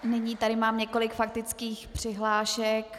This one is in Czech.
Nyní tady mám několik faktických přihlášek.